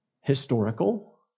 historical